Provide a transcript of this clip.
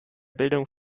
bildung